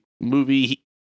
movie